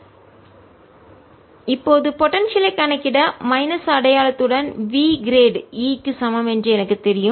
r≤R Dk0EE 1kQ4π0 r2r rR D 0E E 1kQ4π0 r2r இப்போது potential ஐ கணக்கிட minus அடையாளத்துடன் v கிரேடு E க்கு சமம் என்று எனக்குத் தெரியும்